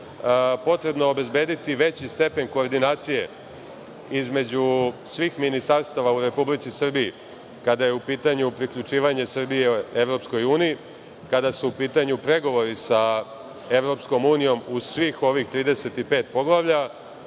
potrebno obezbediti veći stepen koordinacije između svih ministarstava u Republici Srbiji, kada je u pitanju priključivanje Srbije EU, kada su u pitanju pregovori sa EU uz svih ovih 35 poglavlja,